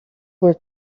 were